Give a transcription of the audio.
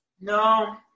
No